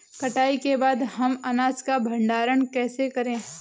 कटाई के बाद हम अनाज का भंडारण कैसे करें?